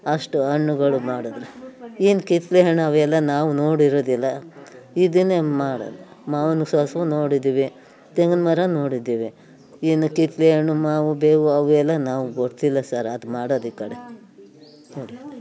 ಅಷ್ಟು ಹಣ್ಣುಗಳು ಮಾಡಿದರೆ ಏನು ಕಿಸ್ಲೆ ಹಣ್ಣು ಅವೆಲ್ಲ ನಾವು ನೋಡಿರುವುದಿಲ್ಲ ಇದನ್ನೇ ಮಾರೋದು ಮಾವಿನ ತೋಪು ನೋಡಿದ್ದೀವಿ ತೆಂಗಿನ ಮರ ನೋಡಿದ್ದೀವಿ ಇನ್ನೂ ಕಿತ್ತಲೆ ಹಣ್ಣು ಮಾವು ಬೇವು ಅವು ಎಲ್ಲ ನಾವು ಗೊತ್ತಿಲ್ಲ ಸರ್ ಅದು ಮಾಡೋದು ಈ ಕಡೆ ಕೊಡಿ